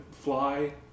fly